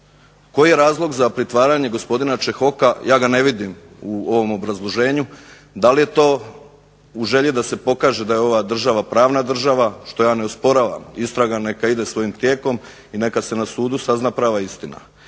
Koji je razlog za pritvaranje gospodina Čehoka ja ga ne vidim u ovom obrazloženju. Da li je to u želji da se pokaže da je ova država pravna država što ja ne osporavam. Istraga neka ide svojim tijekom i neka se na sudu sazna prava istina.